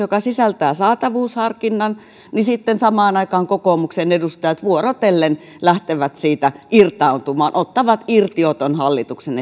joka sisältää saatavuusharkinnan sitten kokoomuksen edustajat vuorotellen lähtevät siitä irtautumaan ottavat irtioton hallituksen